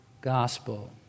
gospel